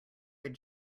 had